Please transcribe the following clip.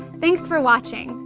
thanks for watching.